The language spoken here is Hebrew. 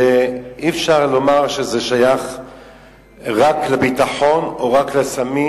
אי-אפשר לומר שזה שייך רק לביטחון או רק לסמים